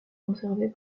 conservés